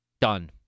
Done